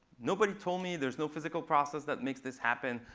nobody told me there's no physical process that makes this happen.